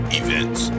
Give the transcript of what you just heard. events